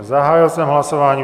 Zahájil jsem hlasování.